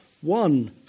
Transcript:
one